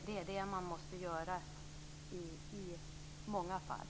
Det är det man måste göra i många fall.